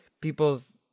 people's